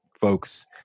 folks